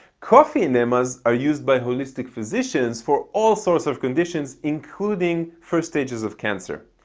coffee enemas are used by holistic physicians for all sorts of conditions, including first stages of cancer.